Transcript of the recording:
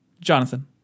jonathan